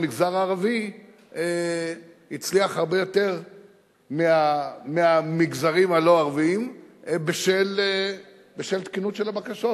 המגזר הערבי הצליח הרבה יותר מהמגזרים הלא-ערביים בשל תקינות של הבקשות,